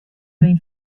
been